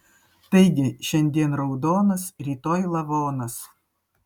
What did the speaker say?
taigi šiandien raudonas rytoj lavonas